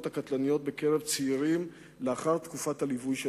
הקטלניות בקרב צעירים לאחר תקופת הליווי.